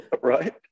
Right